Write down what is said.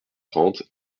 trente